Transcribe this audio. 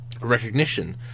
recognition